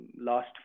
last